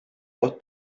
dos